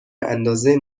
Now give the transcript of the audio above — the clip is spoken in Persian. اندازه